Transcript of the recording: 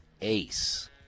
Ace